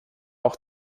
auch